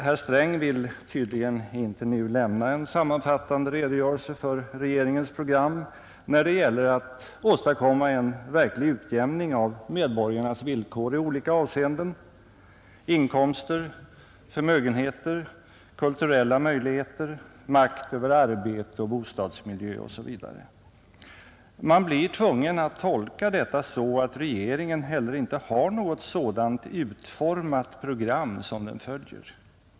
Herr Sträng vill tydligen inte nu lämna en sammanfattande redogörelse för regeringens program när det gäller att åstadkomma en verklig utjämning av medborgarnas villkor i olika avseenden — inkomster, förmögenheter, kulturella möjligheter, makt över arbete och bostadsmiljö. Man blir tvungen att tolka detta så att regeringen heller inte har något sådant utformat program som den följer.